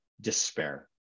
despair